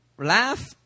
laugh